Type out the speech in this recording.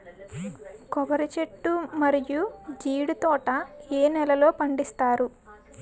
కొబ్బరి చెట్లు మరియు జీడీ తోట ఏ నేలల్లో పండిస్తారు?